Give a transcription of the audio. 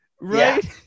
Right